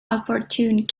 overturned